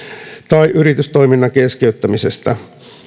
tai yritystoiminnan keskeyttämisestä